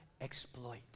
exploit